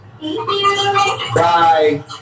Bye